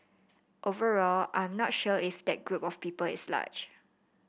overall I'm not sure if that group of people is large